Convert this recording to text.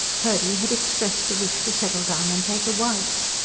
purdy had expressed the wish to settle down and take a wife.